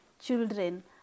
children